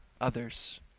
others